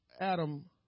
Adam